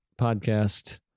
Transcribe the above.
podcast